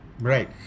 Right